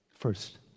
First